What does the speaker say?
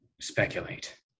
speculate